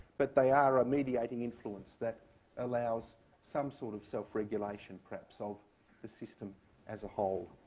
but they are a mediating influence that allows some sort of self-regulation, perhaps, of the system as a whole.